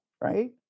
Right